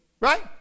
right